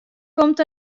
komt